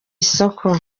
isoko